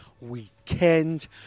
weekend